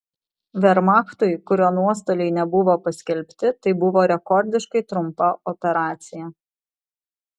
vermachtui kurio nuostoliai nebuvo paskelbti tai buvo rekordiškai trumpa operacija